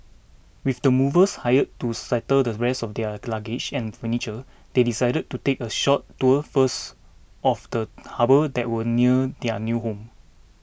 with the movers hired to settle the rest of their luggage and furniture they decided to take a short tour first of the harbour that was near their new home